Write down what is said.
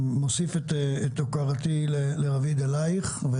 אני מוסיף את הוקרתי לרביד גם אליך.